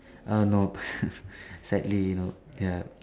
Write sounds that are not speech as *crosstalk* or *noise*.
err no *noise* sadly you know ya